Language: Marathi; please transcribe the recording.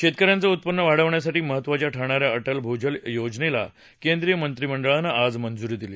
शेतकऱ्यांचं उत्पन्न वाढवण्यासाठी महत्वाची ठरणाऱ्या अटल भूजल योजनेला केंद्रीय मंत्रिमंडळानं आज मंज्री दिली